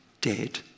dead